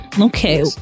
Okay